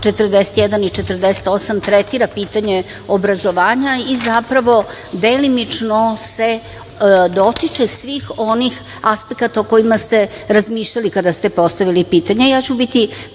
41. i 48. tretira pitanje obrazovanja i zapravo delimično se dotiče svih onih aspekata o kojima ste razmišljali kada ste postavili pitanje. Ja